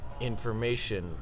information